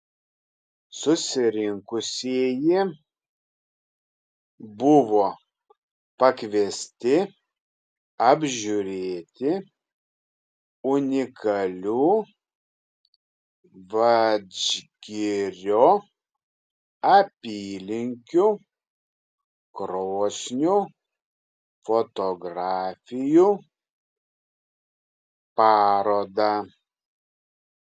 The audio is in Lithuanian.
susirinkusieji buvo pakviesti apžiūrėti unikalių vadžgirio apylinkių krosnių fotografijų parodą